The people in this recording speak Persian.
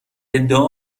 ادعا